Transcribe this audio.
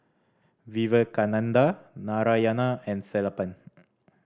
Vivekananda Narayana and Sellapan